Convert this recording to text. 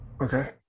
Okay